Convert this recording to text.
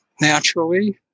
naturally